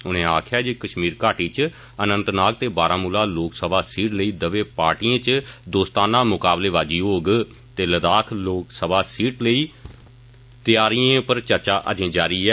उनें आक्खेया जे कष्मीर घाटी इच अनंतनाग ते बारामुला लोकसभा सीटें लेई दवै पार्टिएं इच दोस्ताना मुकाबलेबाजी होग ते लद्दाख लोकसभा सीट लेई तैयारिए पर चर्चा अजें जारी ऐ